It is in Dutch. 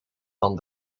van